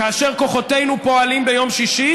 כאשר כוחותינו פועלים ביום שישי